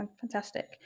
fantastic